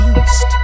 East